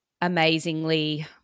amazingly